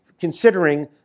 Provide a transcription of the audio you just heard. considering